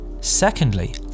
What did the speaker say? Secondly